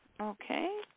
Okay